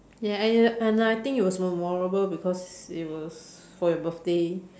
ya and I and I think it was memorable because it was for your birthday